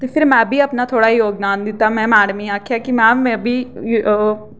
ते फिर में बी अपना थोह्ड़ा जोगदान दित्ता में मैडम गी आखेआ कि मैम में बी